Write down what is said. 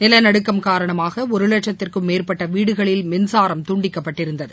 நிலநடுக்கம் காரணமாக ஒரு லட்சத்திற்கும் மேற்பட்ட வீடுகளில் மின்சாரம் துண்டிக்கப்பட்டிருந்தது